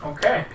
Okay